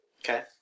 Okay